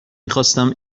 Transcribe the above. میخواستم